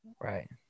Right